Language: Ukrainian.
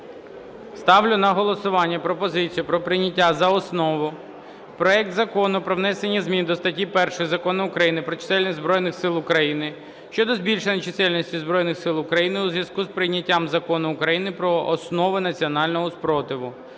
Ставлю на голосування пропозицію про прийняття за основу проекту Закону про внесення зміни до статті 1 Закону України "Про чисельність Збройних Сил України" щодо збільшення чисельності Збройних Сил України у зв'язку із прийняттям Закону України "Про основи національного спротиву"